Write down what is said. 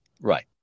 Right